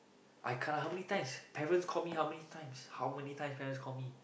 I can't how many times parents called me how many times how many times parents called me